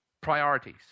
Priorities